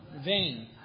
Vain